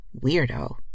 Weirdo